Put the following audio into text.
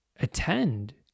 attend